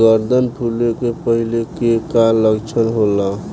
गर्दन फुले के पहिले के का लक्षण होला?